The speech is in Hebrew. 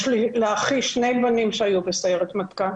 יש לאחי שני בנים שהיו בסיירת מטכ"ל